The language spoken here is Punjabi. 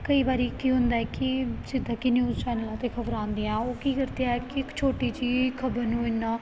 ਕਈ ਵਾਰ ਕੀ ਹੁੰਦਾ ਕਿ ਜਿੱਦਾਂ ਕਿ ਨਿਊਜ਼ ਚੈਨਲਾਂ 'ਤੇ ਖ਼ਬਰਾਂ ਆਉਂਦੀਆਂ ਹੈ ਉਹ ਕੀ ਕਰਦੇ ਹੈ ਕਿ ਇੱਕ ਛੋਟੀ ਜਿਹੀ ਖ਼ਬਰ ਨੂੰ ਇੰਨਾ